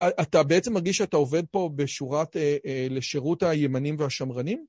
אתה בעצם מרגיש שאתה עובד פה בשורת לשירות הימנים והשמרנים?